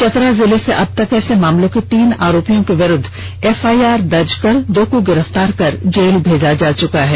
चतरा जिले से अबतक ऐसे मामलों के तीन आरोपियों के विरुद्ध एफआईआर दर्ज कर दो को गिरफ्तार कर जेल भेजा जा चुका है